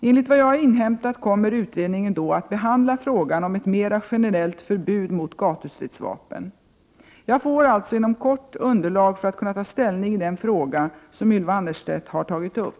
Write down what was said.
Enligt vad jag har inhämtat kommer utredningen då att behandla frågan om ett mera generellt förbud mot gatustridsvapen. Jag får alltså inom kort underlag för att kunna ta ställning i den fråga som Ylva Annerstedt har tagit upp.